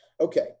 Okay